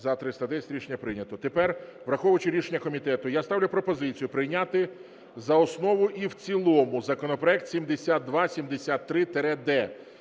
За-310 Рішення прийнято. Тепер, враховуючи рішення комітету, я ставлю пропозицію прийняти за основу і в цілому законопроект 7273-д,